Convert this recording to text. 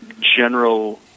general